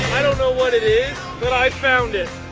i don't know what it is, but i found it.